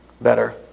better